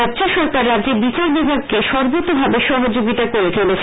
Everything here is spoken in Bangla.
রাজ্য সরকার রাজ্যে বিচারবিভাগকে সর্বোতভাবে সহযোগিতা করে চলেছে